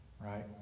Right